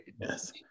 yes